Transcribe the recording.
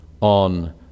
on